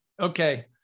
okay